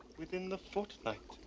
within the fortnight.